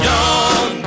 Young